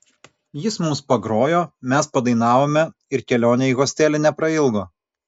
jis mums pagrojo mes padainavome ir kelionė į hostelį neprailgo